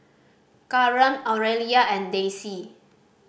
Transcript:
Kareem Aurelia and Daisy